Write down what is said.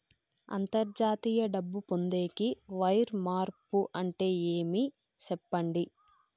అంతర్జాతీయ డబ్బు పొందేకి, వైర్ మార్పు అంటే ఏమి? సెప్పండి?